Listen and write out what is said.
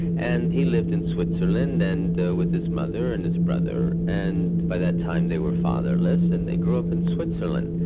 and he lived in switzerland and with his mother and his brother, and by that time they were fatherless, and they grew up in switzerland.